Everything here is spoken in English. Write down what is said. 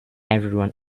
everyone